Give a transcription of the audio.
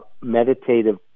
meditative